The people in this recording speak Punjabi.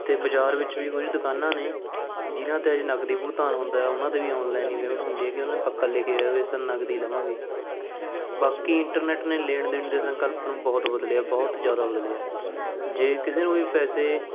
ਅਤੇ ਬਾਜ਼ਾਰ ਵਿੱਚ ਵੀ ਕੁਝ ਦੁਕਾਨਾਂ ਨੇ ਜਿਨ੍ਹਾਂ 'ਤੇ ਹਜੇ ਨਗਦੀ ਭੁਗਤਾਨ ਹੁੰਦਾ ਉਹਨਾਂ 'ਤੇ ਵੀ ਔਨਲਾਈਨ ਨਹੀਂ ਪੇਮੈਂਟ ਹੁੰਦੀ ਕਿ ਉਹਨਾਂ ਨੇ ਪੱਕਾ ਲਿਖਿਆ ਹੋਇਆ ਵੀ ਅਸੀਂ ਨਗਦੀ ਲਵਾਂਗੇ ਬਾਕੀ ਇੰਟਰਨੈਟ ਨੇ ਲੈਣ ਦੇਣ ਦੇ ਸੰਕਲਪ ਨੂੰ ਬਹੁਤ ਬਦਲਿਆ ਬਹੁਤ ਜ਼ਿਆਦਾ ਬਦਲਿਆ ਜੇ ਕਿਸੇ ਨੂੰ ਵੀ ਪੈਸੇ